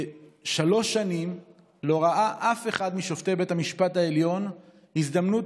שלוש שנים לא ראה אף אחד משופטי בית המשפט העליון הזדמנות